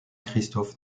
christoph